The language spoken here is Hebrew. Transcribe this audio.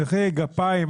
נכה גפיים,